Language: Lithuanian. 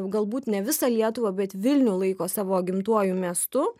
galbūt ne visą lietuvą bet vilnių laiko savo gimtuoju miestu